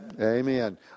amen